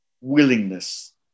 willingness